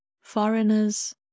foreigners